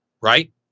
right